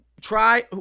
try